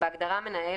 בהגדרה "מנהל",